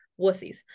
wussies